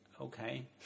okay